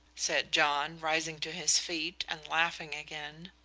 said john, rising to his feet and laughing again.